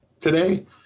today